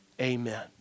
Amen